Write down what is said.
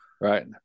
right